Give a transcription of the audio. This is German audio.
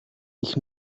ich